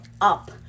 up